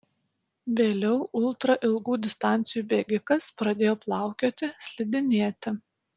vėliau ultra ilgų distancijų bėgikas pradėjo plaukioti slidinėti